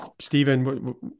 Stephen